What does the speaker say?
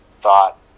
thought